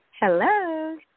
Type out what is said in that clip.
Hello